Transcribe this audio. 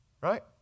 right